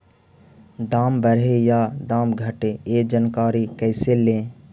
दाम बढ़े या दाम घटे ए जानकारी कैसे ले?